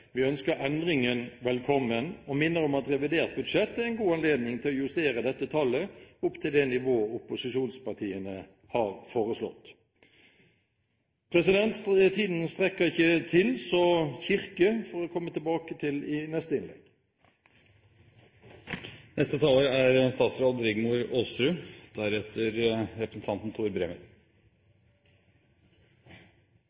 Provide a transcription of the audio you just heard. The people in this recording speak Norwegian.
Vi ønsker endringen velkommen og minner om at revidert budsjett er en god anledning til å justere dette tallet opp til det nivå opposisjonspartiene har foreslått. Tiden strekker ikke til, så kirkeområdet får jeg komme tilbake til i neste